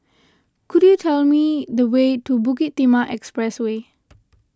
could you tell me the way to Bukit Timah Expressway